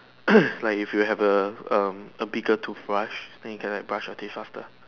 like if you have um a bigger toothbrush think can that brush taste after